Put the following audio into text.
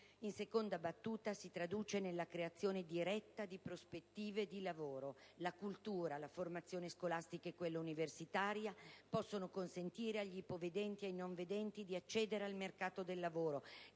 In seconda battuta, tutto ciò si traduce nella creazione diretta di prospettive di lavoro. La cultura, la formazione scolastica e quella universitaria possono consentire agli ipovedenti e ai non vedenti di accedere al mercato del lavoro,